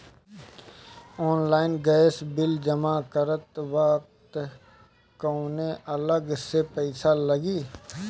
Online gas bill जमा करत वक्त कौने अलग से पईसा लागी?